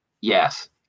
Yes